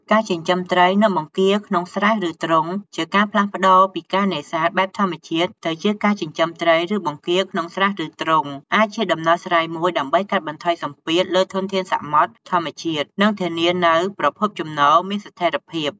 ការចិញ្ចឹមត្រី និងបង្គាក្នុងស្រះឬទ្រុង ជាការផ្លាស់ប្តូរពីការនេសាទបែបធម្មជាតិទៅជាការចិញ្ចឹមត្រី ឬបង្គាក្នុងស្រះឬទ្រុង អាចជាដំណោះស្រាយមួយដើម្បីកាត់បន្ថយសម្ពាធលើធនធានសមុទ្រធម្មជាតិ និងធានានូវប្រភពចំណូលមានស្ថេរភាព។